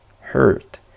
hurt